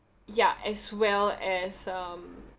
ya as well as um